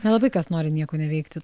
nelabai kas nori nieko neveikti